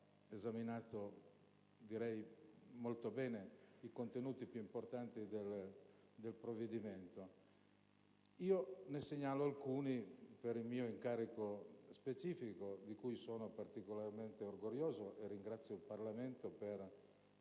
esaminato molto bene i contenuti più importanti del provvedimento. Ne segnalo alcuni per il mio incarico specifico, di cui sono particolarmente orgoglioso, e ringrazio il Parlamento per